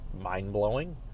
mind-blowing